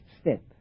step